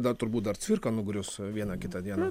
dar turbūt dar cvirka nugrius vieną kitą dieną